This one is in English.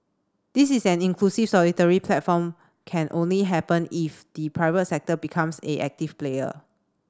this is an inclusive solidary platform can only happen if the private sector becomes a active player